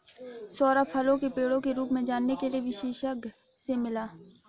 सौरभ फलों की पेड़ों की रूप जानने के लिए विशेषज्ञ से मिला